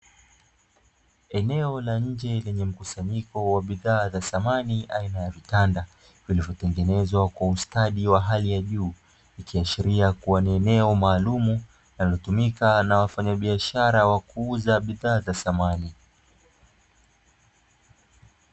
Eneo la nje lenye mkusanyiko wa bidhaa za samani, aina ya vitanda; vilivyotengenezwa kwa ustadi wa hali ya juu, ikiashiria kuwa ni eneo maalumu linalotumika na wafanyabiashara wa kuuza bidhaa za samani.